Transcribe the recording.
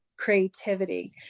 creativity